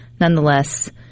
Nonetheless